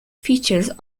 features